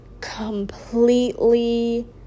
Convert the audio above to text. completely